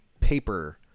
paper